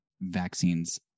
vaccines